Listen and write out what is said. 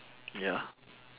ya